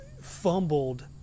fumbled